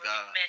God